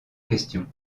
question